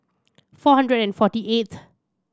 four hundred and forty eighth